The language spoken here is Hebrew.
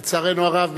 לצערנו הרב,